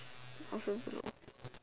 I also don't know